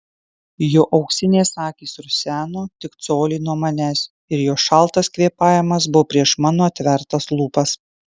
jo auksinės akys ruseno tik colį nuo manęs ir jo šaltas kvėpavimas buvo prieš mano atvertas lūpas